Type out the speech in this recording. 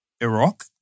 Iraq